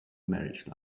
marriage